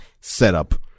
setup